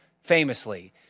famously